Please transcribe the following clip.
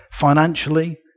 financially